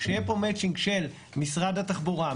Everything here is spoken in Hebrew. שיהיה פה מטצ'ינג של משרד התחבורה,